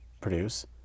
produce